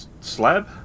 slab